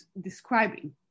describing